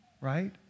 right